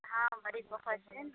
हँ बड़ी बहुत जिन